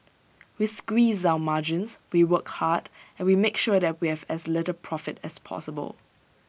we squeeze our margins we work hard and we make sure that we have as little profit as possible